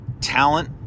talent